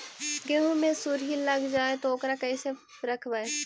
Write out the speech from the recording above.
गेहू मे सुरही लग जाय है ओकरा कैसे रखबइ?